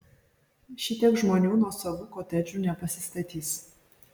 šitiek žmonių nuosavų kotedžų nepasistatys